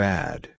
Bad